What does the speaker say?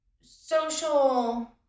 social